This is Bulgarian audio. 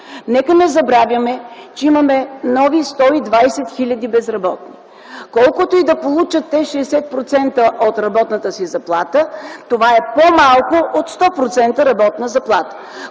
Нека не забравяме, че има нови 120 хил. души безработни. Колкото и да получават те – 60% от работната си заплата, това е по-малко от 100% работна заплата.